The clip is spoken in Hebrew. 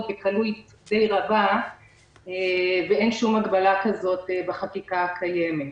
בקלות די רבה ואין שום הגבלה כזאת בחקיקה קיימת.